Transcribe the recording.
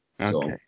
Okay